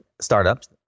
startups